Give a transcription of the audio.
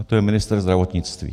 A to je ministr zdravotnictví.